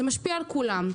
משפיע על כולם.